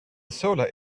solar